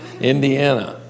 Indiana